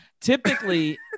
Typically